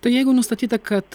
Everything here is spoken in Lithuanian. tai jeigu nustatyta kad